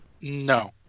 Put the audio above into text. No